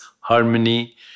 harmony